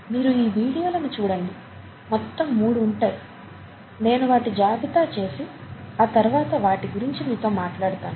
మీరు ఈ వీడియోలను చూడండి మొత్తం మూడు ఉంటాయి నేను వాటిని జాబితా చేసి ఆ తర్వాత వాటి గురించి మీతో మాట్లాడతాను